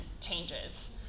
changes